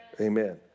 Amen